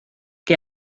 qué